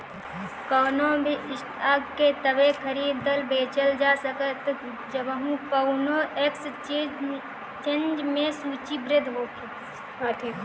कवनो भी स्टॉक के तबे खरीदल बेचल जा सकत ह जब उ कवनो एक्सचेंज में सूचीबद्ध होखे